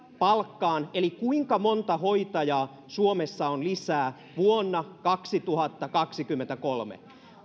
palkkaan eli kuinka monta hoitajaa suomessa on lisää vuonna kaksituhattakaksikymmentäkolme